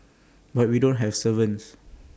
but we don't have servants